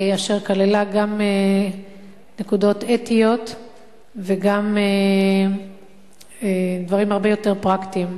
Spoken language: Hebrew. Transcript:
אשר כללה גם נקודות אתיות וגם דברים הרבה יותר פרקטיים.